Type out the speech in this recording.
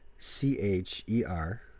C-H-E-R